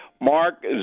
Mark